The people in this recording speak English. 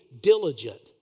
diligent